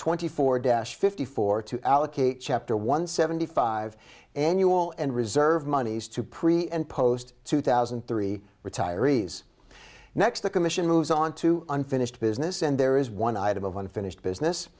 twenty four deaths fifty four to allocate chapter one seventy five annual and reserve monies to pre and post two thousand and three retirees next the commission moves on to unfinished business and there is one item of unfinished business